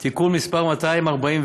תיקון מסד 241,